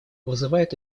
вызывает